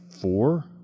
four